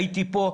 הייתי פה.